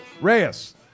Reyes